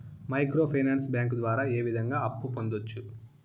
micro finance bank ద్వారా ఏ విధంగా అప్పు పొందొచ్చు